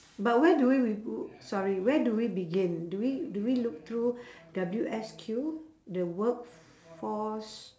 but where do we reboo~ sorry where do we begin do we do we look through W_S_Q the workforce